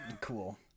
cool